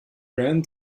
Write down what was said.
ran